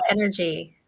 energy